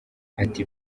ati